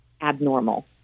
abnormal